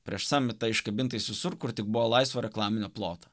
prieš samitą iškabintais visur kur tik buvo laisvo reklaminio ploto